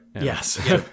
Yes